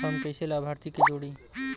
हम कइसे लाभार्थी के जोड़ी?